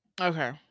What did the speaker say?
okay